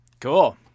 Cool